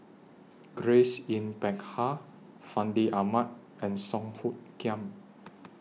Grace Yin Peck Ha Fandi Ahmad and Song Hoot Kiam